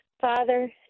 Father